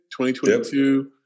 2022